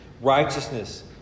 Righteousness